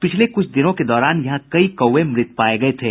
पिछले कुछ दिनों के दौरान यहां कई कौवे मृत पाये गये थे